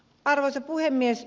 arvoisa puhemies